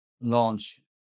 launch